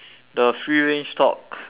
the free range talk